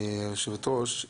היושבת-ראש.